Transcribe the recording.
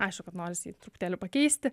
aišku kad norisi jį truputėlį pakeisti